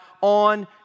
on